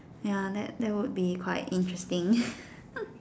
ya that that would be quite interesting